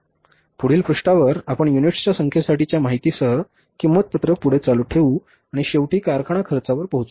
पुढील पुष्टावर आपण युनिट्सच्या संख्येसाठीच्या माहितीसह किंमत पत्रक पुढे चालू ठेवू आणि शेवटी कारखाना खर्चावर पोहोचू